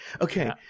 Okay